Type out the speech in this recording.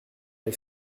est